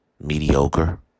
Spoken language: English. mediocre